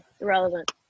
Irrelevant